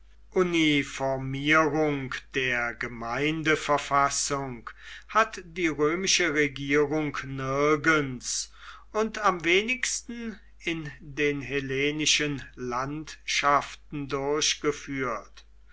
uniformierung der gemeindeverfassung hat die römische regierung nirgends und am wenigsten in den hellenischen landschaften durchgeführt